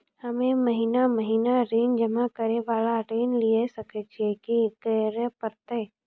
हम्मे महीना महीना ऋण जमा करे वाला ऋण लिये सकय छियै, की करे परतै?